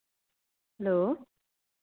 hello